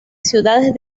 ciudades